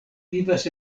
vivas